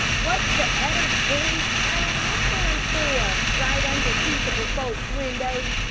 what's the ed'ards boy firin' off guns for, right under peaceable folks' windows?